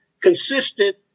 consisted